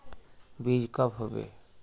बीज कब होबे?